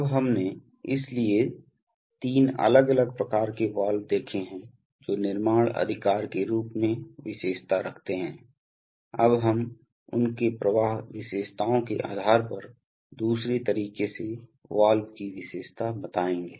अब हमने इसलिए तीन अलग अलग प्रकार के वाल्व देखे हैं जो निर्माण अधिकार के रूप में विशेषता रखते हैं अब हम उनके प्रवाह विशेषताओं के आधार पर दूसरे तरीके से वाल्व की विशेषता बताएंगे